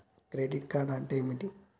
Credit card అంటే ఏమిటి?